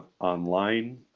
online